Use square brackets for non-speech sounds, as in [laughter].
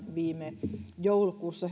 viime joulukuussa [unintelligible]